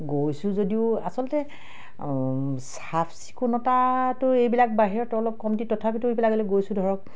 গৈছোঁ যদিও আচলতে চাফ চিকুণতাটো এইবিলাক বাহিৰতো অলপ কমতি তথাপিতো এইবিলাকলৈ গৈছোঁ ধৰক